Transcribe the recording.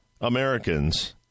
Americans